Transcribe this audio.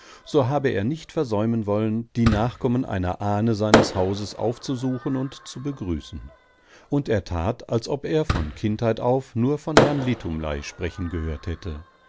so habe er nicht versäumen wollen die nachkommen einer ahne seines hauses aufzusuchen und zu begrüßen und er tat als ob er von kindheit auf nur von herrn litumlei sprechen gehört hätte